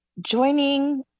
joining